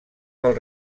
del